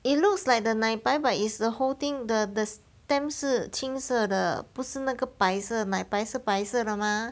it looks like the 奶白 but it's the whole thing the the stem 是青色的不是那个白色奶白是白色的 mah